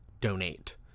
donate